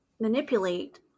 manipulate